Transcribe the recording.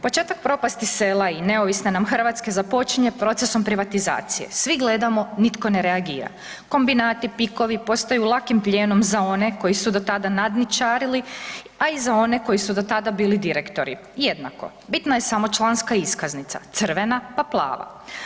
Početak propasti sela i neovisne nam Hrvatske započinje procesom privatizacije, svi gledamo nitko ne reagira, kombinati, pikovi postaju lakim plijenom za one koji su do tada nadničarili, pa i za one koji su do tada bili direktori, jednako, bitna je samo članska iskaznica, crvena, pa plava.